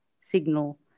signal